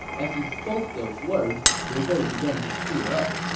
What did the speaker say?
as he spoke those words, liu bei began to tear up.